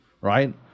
right